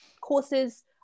courses